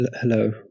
hello